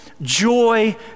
joy